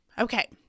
Okay